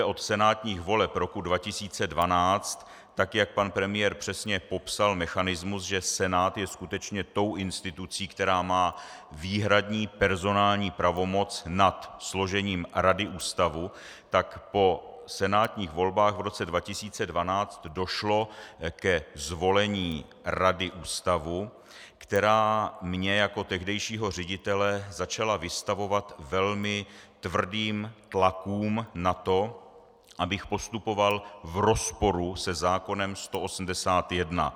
Od senátních voleb roku 2012, tak jak pan premiér přesně popsal mechanismus, že Senát je skutečně tou institucí, která má výhradní personální pravomoc nad složením rady ústavu, po senátních volbách v roce 2012 došlo ke zvolení rady ústavu, která mě jako tehdejšího ředitele začala vystavovat velmi tvrdým tlakům na to, abych postupoval v rozporu se zákonem 181.